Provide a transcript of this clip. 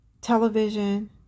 television